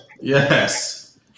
yes